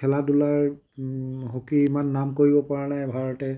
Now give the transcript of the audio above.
খেলা ধূলাৰ হকীত ইমান নাম কৰিব পৰা নাই ভাৰতে